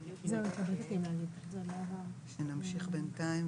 כי זה נשאר בטעות.